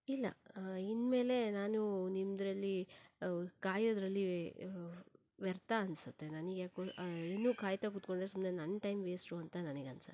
ಇಲ್ಲ ಇನ್ನುಮೇಲೆ ನಾನು ನಿಮ್ಮದ್ರಲ್ಲಿ ಕಾಯೋದರಲ್ಲಿ ವ್ಯರ್ಥ ಅನಿಸುತ್ತೆ ನನಗ್ ಯಾಕೋ ಇನ್ನು ಕಾಯ್ತಾ ಕೂತ್ಕೊಂಡರೆ ಸುಮ್ಮನೆ ನನ್ನ ಟೈಮ್ ವೇಸ್ಟು ಅಂತ ನನಗ್ ಅನಿಸುತ್ತೆ